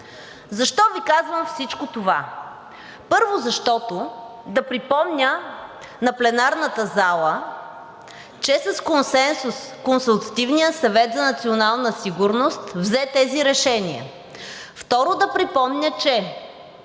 Защо Ви казвам всичко това? Защото, първо, да припомня на пленарната зала, че с консенсус Консултативният съвет за национална сигурност взе тези решения. Второ, да припомня, че